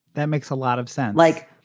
that makes a lot of sense. like.